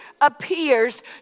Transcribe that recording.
appears